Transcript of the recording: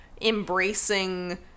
embracing